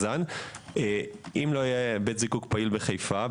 אם לא היה בית זיקוק פעיל בחיפה,